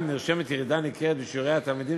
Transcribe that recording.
שבהן נרשמת ירידה ניכרת בשיעורי התלמידים